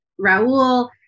Raul